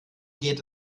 geht